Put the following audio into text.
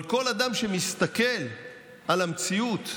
אבל כל אדם שמסתכל על המציאות,